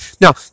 now